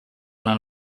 alla